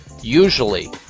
usually